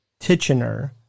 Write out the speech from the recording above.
Titchener